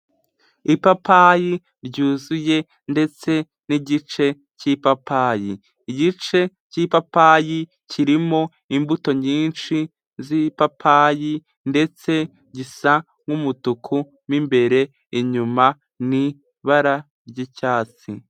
Ipapayi ry'uzuye ndetse n'igice cy'ipapayi ,igice cy'ipapayi kirimo imbuto nyinshi z'ipapayi ndetse gisa n'umutuku w'imbere inyuma n'ibara ry'icyatsi.